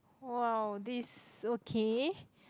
!wow! this okay